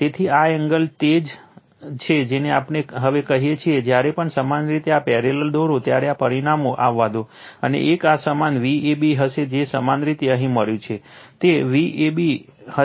તેથી આ એંગલ તે જ છે જેને આપણે હવે કહીએ છીએ જ્યારે પણ સમાન રીતે આ પેરેલલ દોરો ત્યારે આ પરિણામો આવવા દો અને એક આ સમાન Vab હશે જે સમાન રીતે અહીં મળ્યું છે તે Vab હશે